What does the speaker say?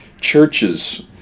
churches